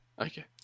Okay